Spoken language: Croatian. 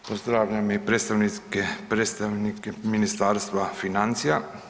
Pozdravljam i predstavnike Ministarstva financija.